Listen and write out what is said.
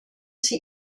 sie